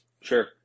Sure